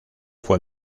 fue